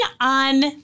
on